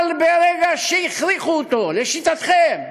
אבל ברגע שהכריחו אותו, לשיטתכם,